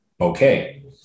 Okay